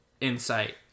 insight